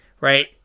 right